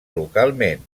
localment